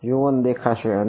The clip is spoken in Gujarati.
U1 દેખાશે અને